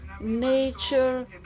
nature